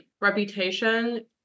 reputation